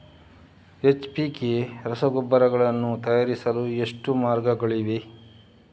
NPK ರಸಗೊಬ್ಬರಗಳನ್ನು ತಯಾರಿಸಲು ಎಷ್ಟು ಮಾರ್ಗಗಳಿವೆ?